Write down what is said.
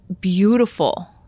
beautiful